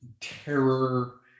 terror